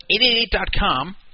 888.com